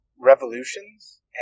revolutions